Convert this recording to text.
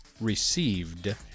received